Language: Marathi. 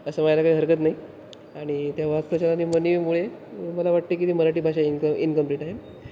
असं म्हणायला काही हरकत नाही आणि त्या वाक्प्रचार आणि वाकप्रचारमुळे मला वाटते की ती मराठी भाषा इन इन्कमप्लीट आहे